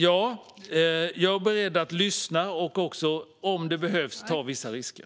Ja, jag är beredd att lyssna och också, om det behövs, att ta vissa risker.